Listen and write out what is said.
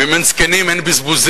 ואם אין זקנים אין בזבוזים.